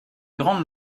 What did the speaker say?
grande